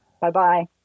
Bye-bye